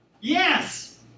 Yes